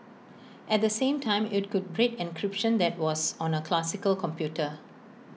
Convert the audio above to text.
at the same time IT could break encryption that was on A classical computer